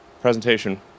presentation